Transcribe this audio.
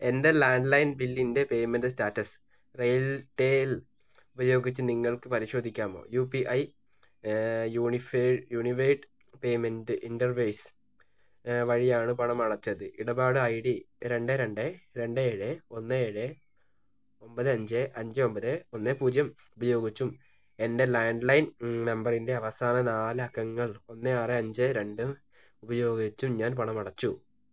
എൻ്റെ land line ബില്ലിൻ്റെ payment status RailTel ഉപയോഗിച്ച് നിങ്ങൾക്ക് പരിശോധിക്കാമോ U P I unified unified payment interface വഴിയാണ് പണം അടച്ചത് ഇടപാട് ഐ ഡി രണ്ട് രണ്ട് രണ്ട് ഏഴ് ഒന്ന് ഏഴ് ഒൻപത് അഞ്ച് അഞ്ച് ഒൻപത് ഒന്ന് പൂജ്യം ഉപയോഗിച്ചും എൻ്റെ ലാൻഡ് ലൈൻ നമ്പറിൻ്റെ അവസാന നാല് അക്കങ്ങൾ ഒന്ന് ആറ് അഞ്ച് രണ്ട് ഉപയോഗിച്ചും ഞാൻ പണമടച്ചു